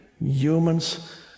humans